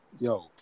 yo